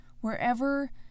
wherever